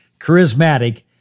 Charismatic